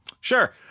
sure